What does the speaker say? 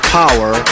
power